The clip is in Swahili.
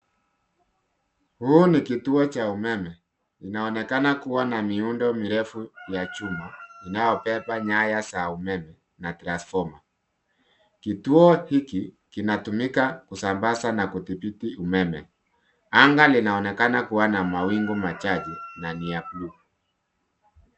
Huu ni kituo cha umeme. Inaonekana kuwa na miundo mirefu ya chuma inayobeba nyaya za umeme na transfoma. Kituo hiki kinatumika kusambaza na kudhibiti umeme. Anga linaonekana kuwa na mawingu machache na ni ya bluu,